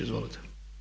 Izvolite.